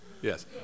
Yes